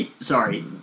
sorry